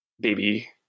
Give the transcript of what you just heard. baby